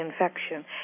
infection